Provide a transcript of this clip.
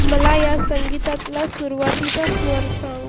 मला या संगीतातला सुरवातीचा स्वर सांग